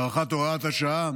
הארכת הוראת שעה,